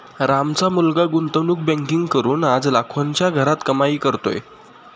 रामचा मुलगा गुंतवणूक बँकिंग करून आज लाखोंच्या घरात कमाई करतोय